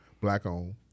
Black-owned